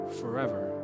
forever